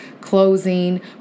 closing